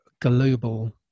global